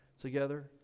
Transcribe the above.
together